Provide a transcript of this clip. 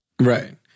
Right